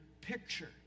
picture